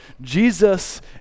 Jesus